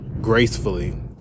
gracefully